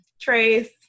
Trace